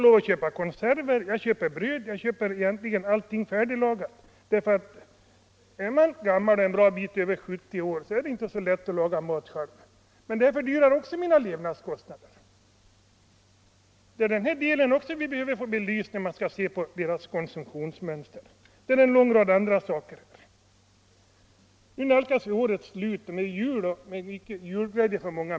Jag måste köpa konserver och bröd samt färdiglagad mat. Är man en bra bit över 70 år, är det inte så lätt att laga mat själv. Detta fördyrar levnadskostnaderna. Även denna del behöver belysas, när man ser på pensionärernas konsumtionsmönster. Det finns en lång rad andra frågor. Nu nalkas vi årets slut med julen, vilket innebär julglädje för många.